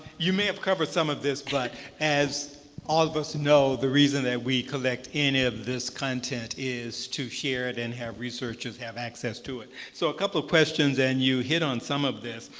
you may have covered some of this, but as all of us know, the reason that we collect any of this content is to share it and have researchers have access to it. so a couple of questions, and you hit on some of this.